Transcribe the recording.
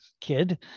kid